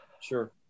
Sure